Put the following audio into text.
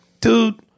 Dude